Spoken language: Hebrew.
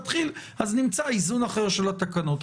נמצא איזון אחר של התקנות.